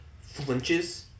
flinches